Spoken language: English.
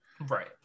right